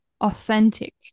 authentic